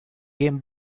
game